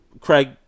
Craig